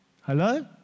hello